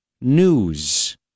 news